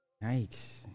Nice